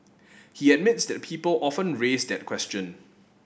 he admits that people often raise that question